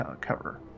cover